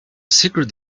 secret